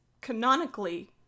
canonically